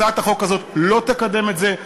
הצעת החוק הזאת לא תקדם את זה,